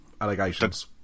allegations